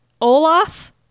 Olaf